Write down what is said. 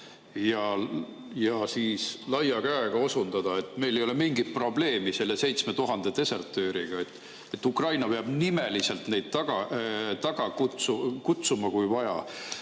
ja laia käega osundada, et meil ei ole mingit probleemi selle 7000 desertööriga, et Ukraina peab nimeliselt neid kutsuma, kui vaja.